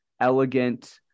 elegant